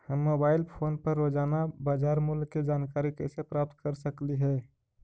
हम mobile phone पर रोजाना बाजार मूल्य के जानकारी कैसे प्राप्त कर सकली हे?